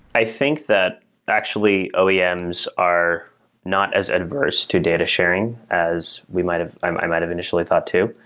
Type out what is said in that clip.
i think that actually oems are not as adverse to data sharing as we might have i might have initially thought too.